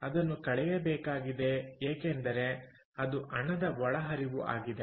ಅದನ್ನು ಕಳೆಯಬೇಕಾಗಿದೆ ಏಕೆಂದರೆ ಅದು ಹಣದ ಒಳಹರಿವು ಆಗಿದೆ